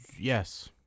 Yes